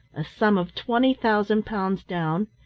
a sum of twenty thousand pounds down,